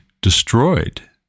destroyed